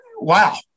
Wow